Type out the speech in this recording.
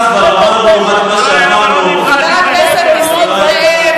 חבר הכנסת נסים זאב.